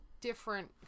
different